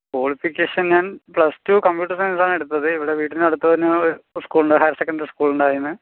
qualification ഞാൻ plus two computer സയൻസാണ് എടുത്തത് ഇവിടെ വീട്ടിനടുത്ത് തന്നെ ഒരു സ്കൂളുണ്ട് ഹൈയർ സെക്കണ്ടറി സ്കൂളുണ്ട് അയിന്ന്